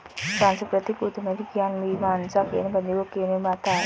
सांस्कृतिक उद्यमी ज्ञान मीमांसा केन्द्र बिन्दुओं के निर्माता हैं